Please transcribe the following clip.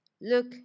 Look